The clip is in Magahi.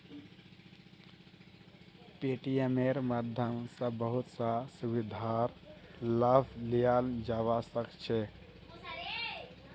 पेटीएमेर माध्यम स बहुत स सुविधार लाभ लियाल जाबा सख छ